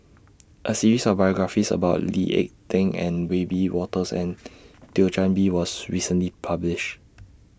A series of biographies about Lee Ek Tieng and Wiebe Wolters and Thio Chan Bee was recently published